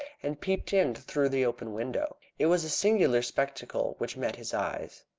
and peeped in through the open window. it was a singular spectacle which met his eyes.